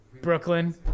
Brooklyn